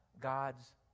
God's